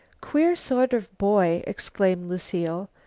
queer sort of boy! exclaimed lucile.